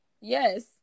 Yes